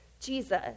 Jesus